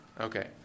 Okay